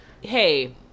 Hey